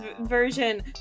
version